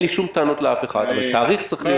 אין לי שום טענות לאף אחד אבל תאריך צריך להיות.